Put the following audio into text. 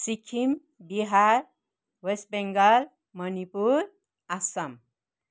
Sikkim Bihar West Bengal Manipur Assam